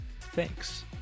Thanks